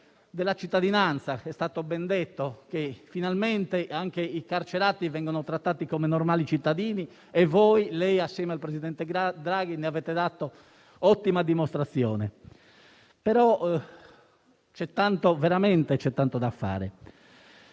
della cittadinanza. È stato ben detto che finalmente anche i carcerati vengono trattati come normali cittadini e voi - lei assieme al presidente Draghi - ne avete dato ottima dimostrazione. C'è tanto da fare,